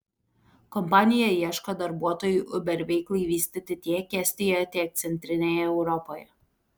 kompanija ieško darbuotojų uber veiklai vystyti tiek estijoje tiek centrinėje europoje